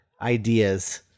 ideas